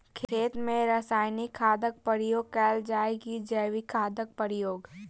खेत मे रासायनिक खादक प्रयोग कैल जाय की जैविक खादक प्रयोग?